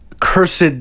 cursed